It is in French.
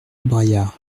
braillard